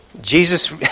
Jesus